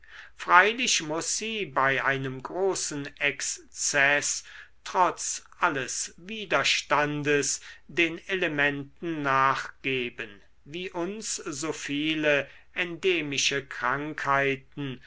freilich muß sie bei einem großen exzeß trotz alles widerstandes den elementen nachgeben wie uns so viele endemische krankheiten